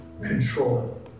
control